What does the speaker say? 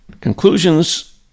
Conclusions